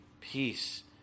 peace